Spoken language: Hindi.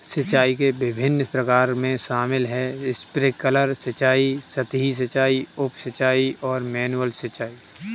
सिंचाई के विभिन्न प्रकारों में शामिल है स्प्रिंकलर सिंचाई, सतही सिंचाई, उप सिंचाई और मैनुअल सिंचाई